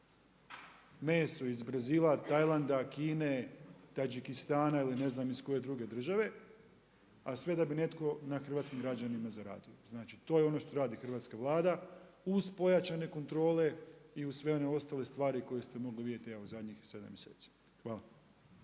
meso iz Brazila, Tajlanda, Kine, Tadžikistana ili ne znam iz koje druge države, a sve da bi netko na hrvatskim građanima zaradio. Znači to je ono što radi hrvatska Vlada uz pojačane kontrole i uz sve one ostale stvari koje ste mogli vidjeti zadnjih sedam mjeseci. Hvala.